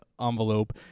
envelope